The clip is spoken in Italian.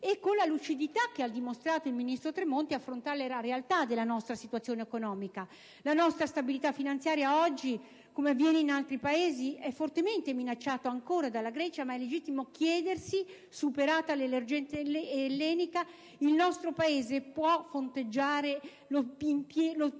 e, con la lucidità dimostrata dal ministro Tremonti, affrontare la realtà della nostra situazione economica. La nostra stabilità finanziaria oggi, come avviene in altri Paesi, è ancora fortemente minacciata dalla Grecia, ma è legittimo chiedersi se, superata l'emergenza ellenica, il nostro Paese possa fronteggiare la situazione